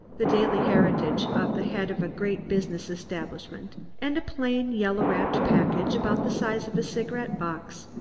the daily heritage of the head of a great business establishment and a plain, yellow-wrapped package about the size of a cigarette-box,